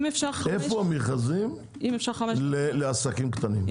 איפה המכרזים לעסקים קטנים?